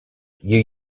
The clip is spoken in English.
you